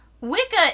wicca